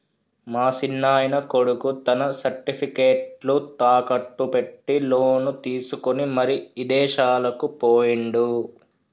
మా సిన్నాయన కొడుకు తన సర్టిఫికేట్లు తాకట్టు పెట్టి లోను తీసుకొని మరి ఇదేశాలకు పోయిండు